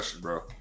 bro